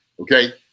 okay